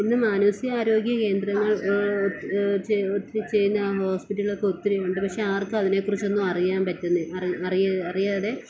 ഇന്ന് മാനസികാരോഗ്യ കേന്ദ്രങ്ങൾ ഒത്തിരി ചെയ്യുന്ന ഹോസ്പിറ്റൽ ഒക്കെ ഒത്തിരി ഉണ്ട് പക്ഷേ ആർക്കും അതിനെ കുറിച്ച് ഒന്നും അറിയാൻ പറ്റുന്നില്ല അറിയാതെ